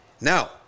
Now